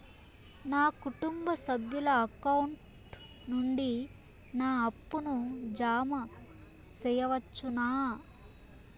నా కుటుంబ సభ్యుల అకౌంట్ నుండి నా అప్పును జామ సెయవచ్చునా?